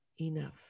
enough